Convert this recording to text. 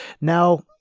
Now